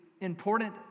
important